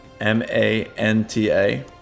M-A-N-T-A